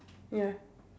ya